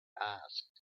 asked